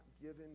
given